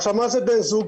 מה זה בן זוג?